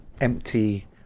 empty